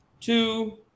two